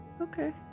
Okay